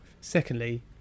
Secondly